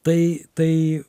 tai tai